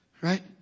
Right